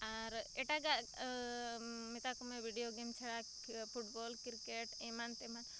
ᱟᱨ ᱮᱴᱟᱜᱟᱜ ᱢᱮᱛᱟᱠᱚᱢᱮ ᱵᱤᱰᱤᱭᱚ ᱜᱮᱢ ᱪᱷᱟᱲᱟ ᱯᱷᱩᱴᱵᱚᱞ ᱠᱨᱤᱠᱮᱴ ᱮᱢᱟᱱ ᱛᱮᱢᱟᱱ